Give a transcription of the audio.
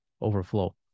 overflow